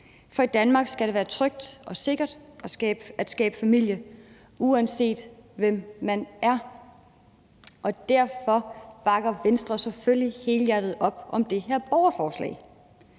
For i Danmark skal det være trygt og sikkert at skabe familie, uanset hvem man er. Derfor bakker Venstre selvfølgelig helhjertet op om det her borgerforslag,